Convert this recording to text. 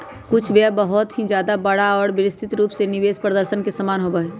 कुछ व्यय बहुत ही ज्यादा बड़ा और विस्तृत रूप में निवेश प्रदर्शन के समान होबा हई